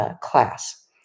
class